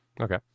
Okay